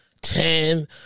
ten